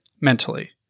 mentally